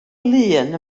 lŷn